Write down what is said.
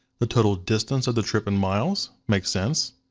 the total distance of the trip in miles, makes sense.